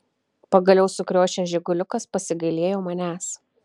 pagaliau sukriošęs žiguliukas pasigailėjo manęs